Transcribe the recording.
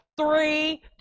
Three